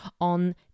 on